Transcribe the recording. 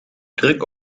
druk